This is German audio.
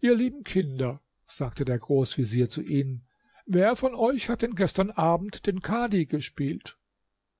ihr lieben kinder sagte der großvezier zu ihnen wer von euch hat denn gestern abend den kadhi gespielt